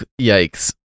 yikes